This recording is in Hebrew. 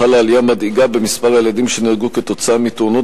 חלה עלייה מדאיגה במספר הילדים שנהרגו כתוצאה מתאונות